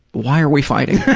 why are we fighting?